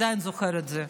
עדיין זוכר את זה.